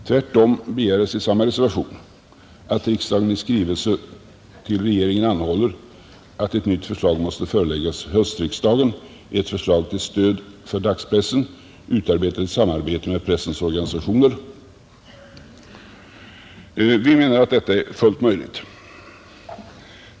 Tvärtom begärs i samma reservation, att riksdagen i skrivelse till Kungl. Maj:t anhåller att ett nytt förslag till stöd för dagspressen, utarbetat i samarbete med pressens organisationer, skall föreläggas höstriksdagen. Vi menar att detta är fullt möjligt.